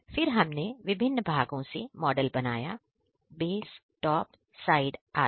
फिर हमने विभिन्न भागों से मॉडल बनाया बेस टॉप साइड आदि